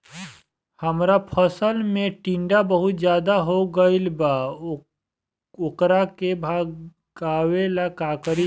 हमरा फसल में टिड्डा बहुत ज्यादा हो गइल बा वोकरा के भागावेला का करी?